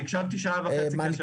הקשבתי שעה וחצי.